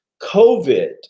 COVID